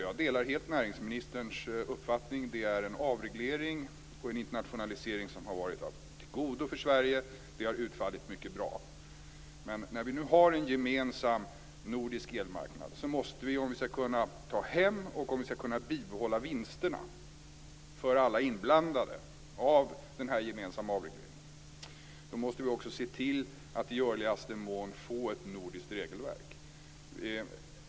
Jag delar helt näringsministerns uppfattning att avregleringen och internationaliseringen har varit till godo för Sverige. Det hela har utfallit mycket bra. Men när vi nu har en gemensam nordisk elmarknad måste vi också, om vi skall kunna ta hem och bibehålla vinsterna för alla inblandade, se till att vi i görligaste mån får ett nordiskt regelverk.